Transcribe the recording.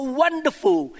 wonderful